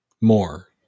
more